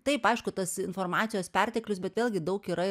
taip aišku tas informacijos perteklius bet vėlgi daug yra